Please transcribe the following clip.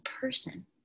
person